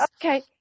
Okay